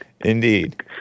Indeed